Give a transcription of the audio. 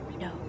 No